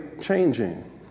changing